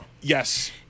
Yes